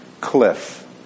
cliff